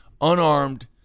unarmed